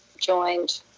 joined